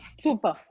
super